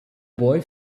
boy